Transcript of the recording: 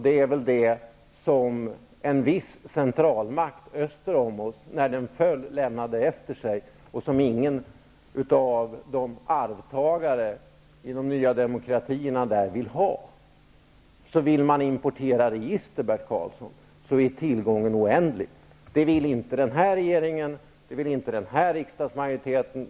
Det är det som en viss centralmakt öster om oss lämnade efter sig när den föll och som ingen av arvtagarna i de nya demokratierna där vill ha. Vill man i Sverige ha register, Bert Karlsson, så är tillgången oändlig. Men det vill inte den här regeringen ha, och det vill inte den här riksdagsmajoriteten.